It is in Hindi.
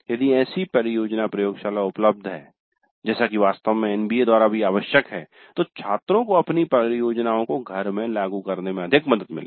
यदि ऐसी परियोजना प्रयोगशाला उपलब्ध है जैसा कि वास्तव में एनबीए द्वारा भी आवश्यक है तो छात्रों को अपनी परियोजनाओं को घर में लागू करने में अधिक मदद मिलेगी